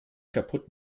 kaputt